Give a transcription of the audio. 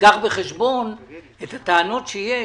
תיקח בחשבון את הטענות שיש.